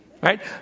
Right